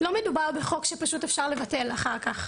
לא מדובר בחוק שפשוט אפשר לבטל אחר כך,